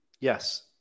yes